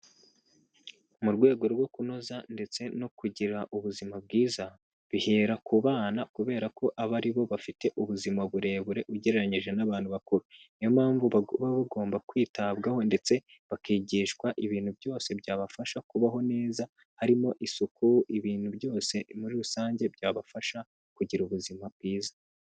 Mu rwego rwo kunoza ndetse no kugira ubuzima bwiza, bihera ku bana kubera ko aba ari bo bafite ubuzima burebure ugereranyije n'abantu bakuru, niyo mpamvu baba bagomba kwitabwaho ndetse bakigishwa ibintu byose byabafasha kubaho neza harimo isuku ibintu byose muri rusange byabafasha kugira ubuzima bwiza.